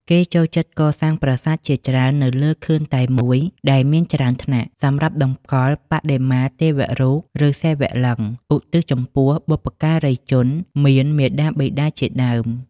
គេចូលចិត្តកសាងប្រាសាទជាច្រើននៅលើខឿនតែមួយដែលមានច្រើនថ្នាក់ សម្រាប់តម្កល់បដិមាទេវរូប ឬ សិវលិង្គ ឧទ្ទិសចំពោះបុព្វការីជន មាន មាតាបិតាជាដើម។